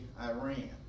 Iran